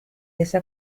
esa